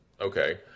okay